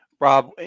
Rob